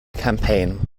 campaign